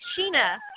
Sheena